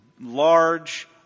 large